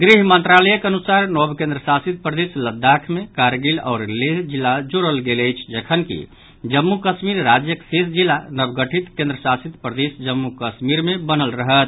गृह मंत्रालयक अनुसार नव केन्द्रशासित प्रदेश लद्दाख मे कारगिल आओर लेह जिला जोड़ल गेल अछि जखनकि जम्मू कश्मीर राज्यक शेष जिला नवगठित केन्द्रशासित प्रदेश जम्मू कश्मीर बनल रहत